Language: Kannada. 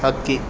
ಹಕ್ಕಿ